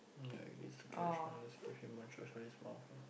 ya I guess the cash ah